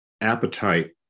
appetite